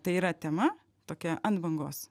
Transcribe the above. tai yra tema tokia ant bangos